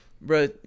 bro